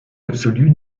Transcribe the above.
absolue